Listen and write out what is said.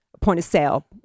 point-of-sale